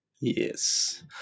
Yes